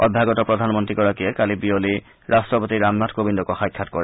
অভ্যাগত প্ৰধানমন্ত্ৰীগৰাকীয়ে কালি বিয়লি ৰাষ্ট্ৰপতি ৰামনাথ কোৱিন্দকো দেখা কৰে